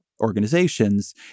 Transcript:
organizations